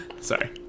Sorry